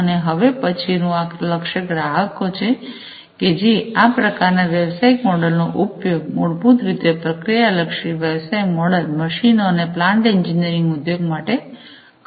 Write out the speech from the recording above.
અને હવે પછીનું આ લક્ષ્ય ગ્રાહકો છે કે જે આ પ્રકારના વ્યવસાયિક મોડેલનો ઉપયોગ મૂળભૂત રીતે પ્રક્રિયા લક્ષી વ્યવસાય મોડેલમશીનો અને પ્લાન્ટ એન્જિનિયરિંગ ઉદ્યોગ માટે કરે છે